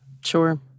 Sure